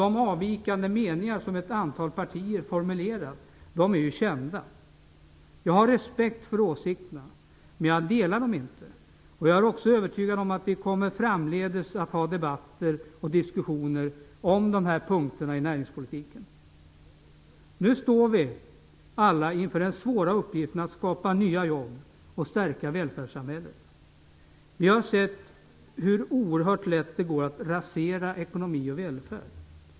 De avvikande meningar som ett antal partier har formulerat är kända. Jag har respekt för åsikterna, men jag delar dem inte. Jag är också övertygad om att vi framdeles kommer att ha debatter och diskussioner om de här punkterna i näringspolitiken. Nu står vi alla inför den svåra uppgiften att skapa nya jobb och stärka välfärdssamhället. Vi har sett hur oerhört lätt det går att rasera ekonomi och välfärd.